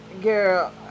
girl